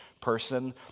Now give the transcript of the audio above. person